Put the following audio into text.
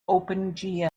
opengl